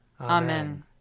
Amen